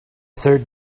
third